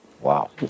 Wow